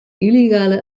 illegale